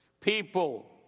People